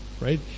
Right